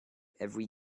every